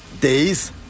days